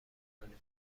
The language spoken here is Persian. کنیم